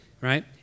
Right